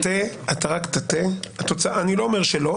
אני לא אומר שלא.